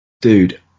dude